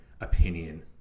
opinion